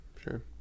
sure